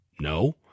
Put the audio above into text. No